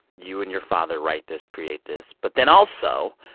you and your father write this, create this. but then also,